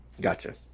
Gotcha